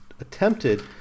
attempted